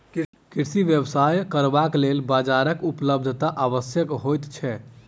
कृषि व्यवसाय करबाक लेल बाजारक उपलब्धता आवश्यक होइत छै